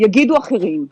יגידו אחרים.